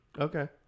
okay